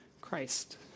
Christ